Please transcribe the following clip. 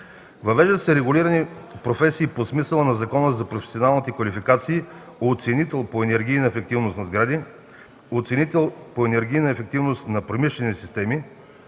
Въвеждат се регулирани професии по смисъла на Закона за професионалните квалификации „оценител по енергийна ефективност на сгради” и „оценител по енергийна ефективност на промишлени системи”.